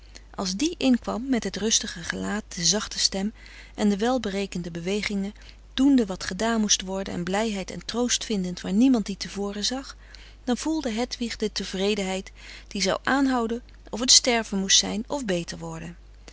als die inkwam met het rustige gelaat de zachte stem en de wel berekende bewegingen doende wat gedaan moest worden en blijheid en troost vindend waar niemand die te voren zag dan voelde hedwig de tevredenheid die zou aanhouden of het sterven moest zijn of beter worden